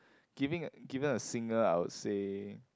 giving given a singer I would say